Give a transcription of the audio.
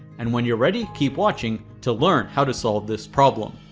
and when you're ready keep watching to learn how to solve this problem.